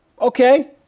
Okay